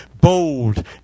Bold